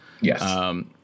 Yes